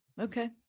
Okay